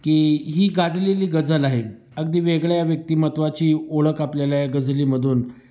की ही गाजलेली गजल आहे अगदी वेगळ्या व्यक्तिमत्त्वाची ओळख आपल्याला या गझलीमधून